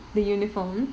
the uniform